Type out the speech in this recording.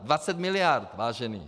20 miliard, vážení!